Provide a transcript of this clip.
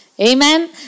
Amen